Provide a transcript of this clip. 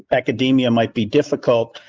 academia might be difficult.